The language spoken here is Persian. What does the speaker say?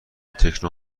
تکنو